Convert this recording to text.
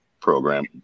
program